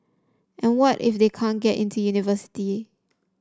and what if they can't get into university